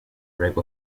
rape